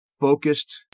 focused